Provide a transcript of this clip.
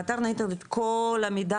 באתר כל המידע